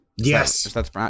Yes